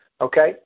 Okay